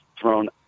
thrown